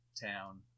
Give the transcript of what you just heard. town